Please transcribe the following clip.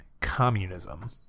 communism